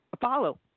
follow